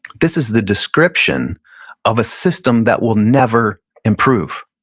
this is the description of a system that will never improve.